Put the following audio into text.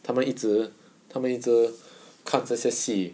他们一直他们一直看这些戏